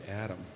Adam